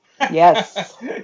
Yes